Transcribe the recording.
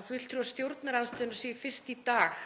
að fulltrúar stjórnarandstöðunnar séu fyrst í dag